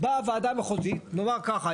באה הוועדה המחוזית לומר ככה,